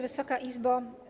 Wysoka Izbo!